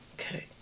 Okay